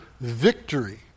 victory